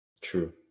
true